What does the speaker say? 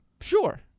Sure